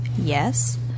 Yes